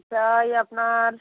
কী চাই আপনার